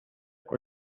con